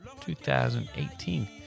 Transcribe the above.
2018